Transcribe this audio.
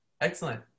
Excellent